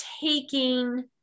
taking